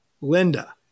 Linda